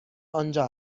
آنجا